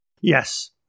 Yes